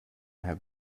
have